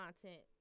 content